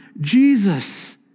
Jesus